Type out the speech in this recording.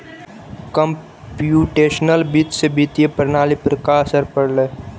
computational वित्त से वित्तीय प्रणाली पर का असर पड़लइ